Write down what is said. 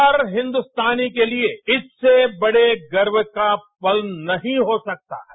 हर हिन्दुस्तानी के लिए इससे बड़े गर्व का पल नहीं हो सकता है